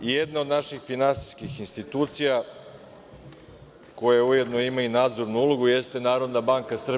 Jedna od naših finansijskih institucija, koja ujedno ima i nadzornu ulogu, jeste NBS.